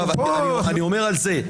אני מדבר על זה,